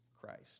Christ